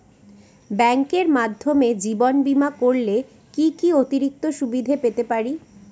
ব্যাংকের মাধ্যমে জীবন বীমা করলে কি কি অতিরিক্ত সুবিধে পেতে পারি?